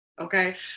okay